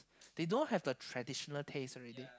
they don't have the traditional taste already